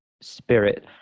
spirit